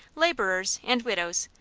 laborers and widows,